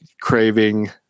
craving